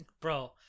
Bro